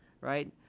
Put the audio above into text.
right